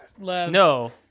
No